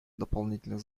дополнительных